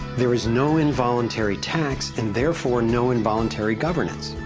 there is no involuntary tax, and therefore no involuntary governance.